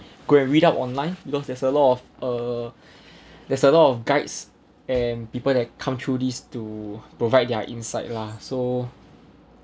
go and read up online because there's a lot of uh there's a lot of guides and people that come through these to provide their insight lah so